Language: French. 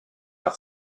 par